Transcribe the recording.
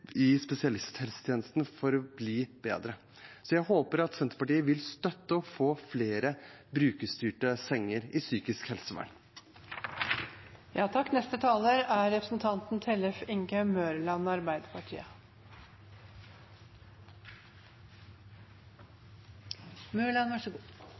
i spesialisthelsetjenesten for å bli bedre. Så jeg håper at Senterpartiet vil støtte å få flere brukerstyrte senger i psykisk